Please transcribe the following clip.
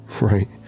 Right